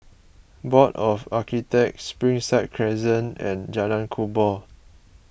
Board of Architects Springside Crescent and Jalan Kubor